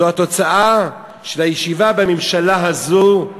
זו תוצאה של הישיבה בממשלה הזאת.